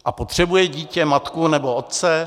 A potřebuje dítě matku nebo otce?